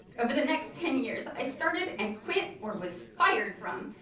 over the next ten years, i started and quit, or was fired from,